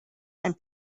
and